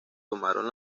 tomaron